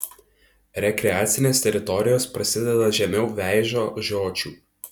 rekreacinės teritorijos prasideda žemiau veižo žiočių